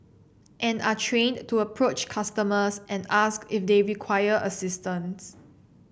and are trained to approach customers and ask if they require assistance